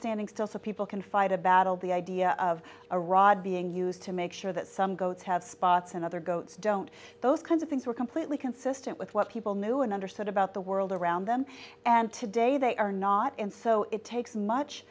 sanding still so people can fight a battle the idea of a rod being used to make sure that some goats have spots and other goats don't those kinds of things were completely consistent with what people knew and understood about the world around them and today they are not and so it takes much